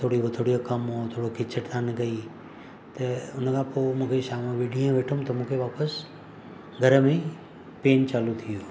हथोड़ी वथोड़ी जो कमु हो थोरो खिचतान कई त उनखां पोइ मूंखे शाम में जीअं वेठुमि त मूंखे वापसि घर में पेन चालू थी वियो